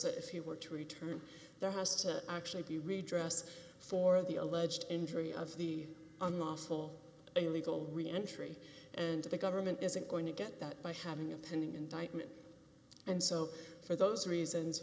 so if he were to return there has to actually be redress for the alleged injury of the unlawful illegal entry and the government isn't going to get that by having a pending indictment and so for those reasons